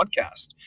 podcast